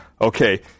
Okay